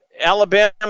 Alabama